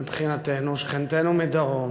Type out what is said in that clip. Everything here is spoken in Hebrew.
מבחינתנו, שכנתנו מדרום.